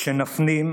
שנפנים,